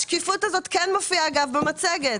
השקיפות הזאת כן מופיעה במצגת.